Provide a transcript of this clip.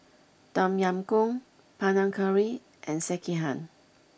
Tom Yam Goong Panang Curry and Sekihan